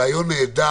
הוא רעיון נהדר,